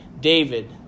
David